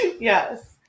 Yes